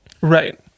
Right